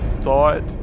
thought